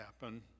happen